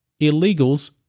illegals